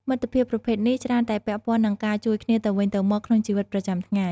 មិត្តភាពប្រភេទនេះច្រើនតែពាក់ព័ន្ធនឹងការជួយគ្នាទៅវិញទៅមកក្នុងជីវិតប្រចាំថ្ងៃ ។